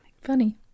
Funny